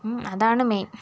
അതാണ് മെയിൻ